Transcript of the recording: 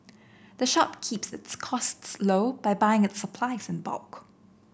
the shop keeps its costs low by buying its supplies in bulk